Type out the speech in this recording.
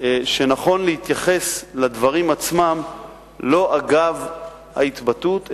שנכון להתייחס לדברים עצמם לא אגב ההתבטאות,